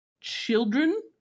children